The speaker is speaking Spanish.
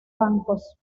bancos